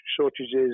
shortages